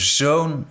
zo'n